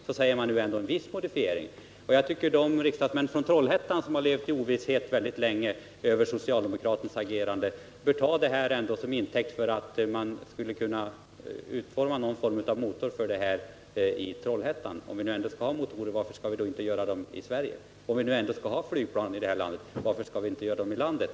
Nu har det ändå skett en viss modifiering. Jag tycker att de riksdagsmän från Trollhättan som mycket länge har levat i ovisshet om socialdemokraternas agerande ändå skulle ta det här som intäkt för att man bör kunna bygga en motor i Trollhättan. Skall vi ha motorer kan vi väl göra dem i Sverige, och om vi ändå skall ha flygplan i det här landet, varför skall vi då inte bygga dem här?